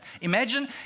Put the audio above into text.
Imagine